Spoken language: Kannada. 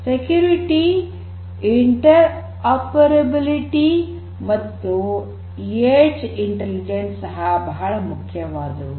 ಸೆಕ್ಯೂರಿಟಿ ಇಂಟರ್ ಅಪರಬಿಲಿಟಿ ಮತ್ತು ಎಡ್ಜ್ ಇಂಟೆಲಿಜೆನ್ಸ್ ಸಹ ಬಹಳ ಮುಖ್ಯವಾದವು